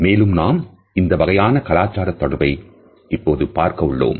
மேலும் நாம் இந்த வகையான கலாச்சார தொடர்பை இப்போது பார்க்க உள்ளோம்